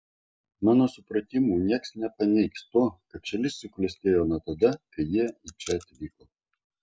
mano supratimu niekas nepaneigs to kad šalis suklestėjo nuo tada kai jie į čia atvyko